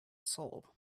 soul